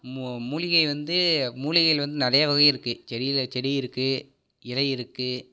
மூ மூலிகை வந்து மூலிகைகள் வந்து நிறையா வகை இருக்குது செடியில் செடி இருக்கு இலை இருக்குது